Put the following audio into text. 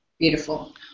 Beautiful